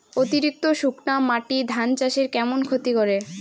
অতিরিক্ত শুকনা মাটি ধান চাষের কেমন ক্ষতি করে?